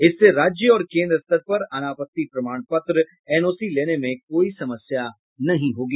इससे राज्य और केन्द्र स्तर पर अनापत्ति प्रमाण पत्र एनओसी लेने में कोई समस्या नहीं होगी